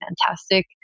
fantastic